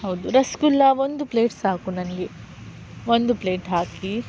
ಹೌದು ರಸಗುಲ್ಲ ಒಂದು ಪ್ಲೇಟ್ ಸಾಕು ನನಗೆ ಒಂದು ಪ್ಲೇಟ್ ಹಾಕಿ